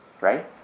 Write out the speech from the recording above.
right